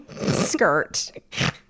skirt